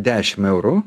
dešim eurų